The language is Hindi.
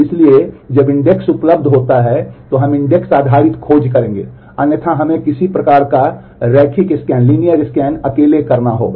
इसलिए जब इंडेक्स अकेले करना होगा